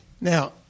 Now